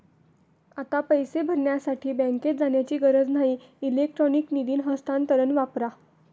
आता पैसे भरण्यासाठी बँकेत जाण्याची गरज नाही इलेक्ट्रॉनिक निधी हस्तांतरण वापरा